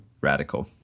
Radical